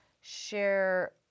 share